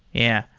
yeah.